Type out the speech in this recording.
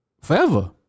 Forever